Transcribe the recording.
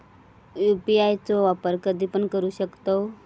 UPI चो वापर कधीपण करू शकतव?